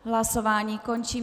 Hlasování končím.